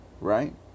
Right